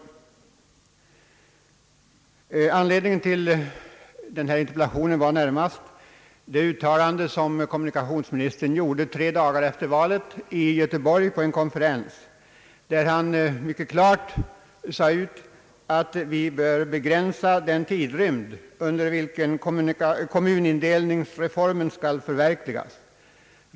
Anledningen till min interpellation var närmast det uttalande som kommunikationsministern tre dagar efter valet gjorde på en konferens i Göteborg, där han mycket klart framhöll att vi bör begränsa den tidrymd inom vilken kommunindelningsreformen skall förverkligas.